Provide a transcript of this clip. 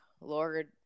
Lord